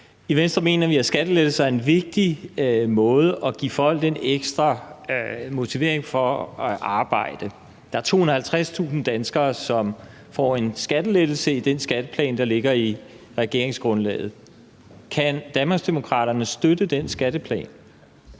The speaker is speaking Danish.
I Venstre mener vi, at skattelettelser er en vigtig måde at give folk en ekstra motivering for at arbejde. Der er 250.000 danskere, som får en skattelettelse i den skatteplan, der ligger i regeringsgrundlaget. Kan Danmarksdemokraterne